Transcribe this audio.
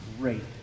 great